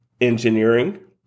engineering